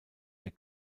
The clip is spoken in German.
der